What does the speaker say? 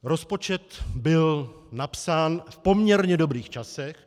Rozpočet byl napsán v poměrně dobrých časech.